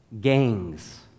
Gangs